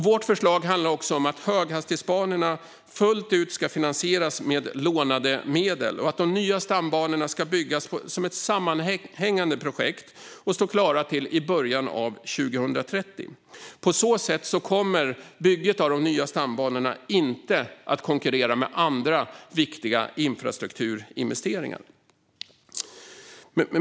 Vårt förslag handlar också om att höghastighetsbanorna fullt ut ska finansieras med lånade medel och att de nya stambanorna ska byggas som ett sammanhängande projekt och stå klara till början av 2030. På så sätt kommer bygget av de nya stambanorna inte att konkurrera med andra viktiga infrastrukturinvesteringar.